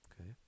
Okay